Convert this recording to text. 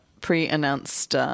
pre-announced